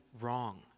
wrong